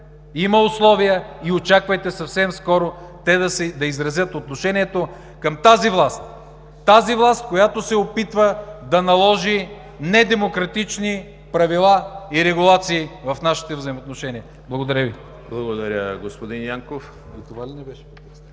има условия, и очаквайте съвсем скоро те да изразят отношението към тази власт – тази власт, която се опитва да наложи недемократични правила и регулации в нашите взаимоотношения. Благодаря Ви. ПРЕДСЕДАТЕЛ ЕМИЛ